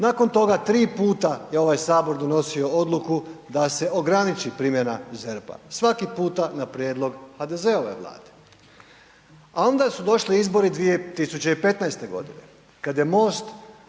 Nakon toga 3 puta je ovaj Sabor donosio odluku da se ograniči primjena ZERP-a. Svaki puta na prijedlog HDZ-ove Vlade. A onda su došli izbori 2015. g. kad je MOST